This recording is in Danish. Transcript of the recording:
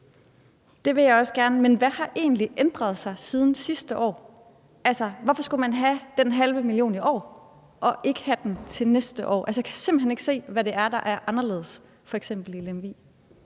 Det vil jeg også gerne, men hvad har egentlig ændret sig siden sidste år? Hvorfor skulle man have den halve million i år og ikke have den til næste år? Altså, jeg kan simpelt hen ikke se, hvad det er, der er anderledes, f.eks. i Lemvig.